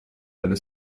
delle